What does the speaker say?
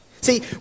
see